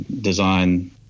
design